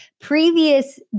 previous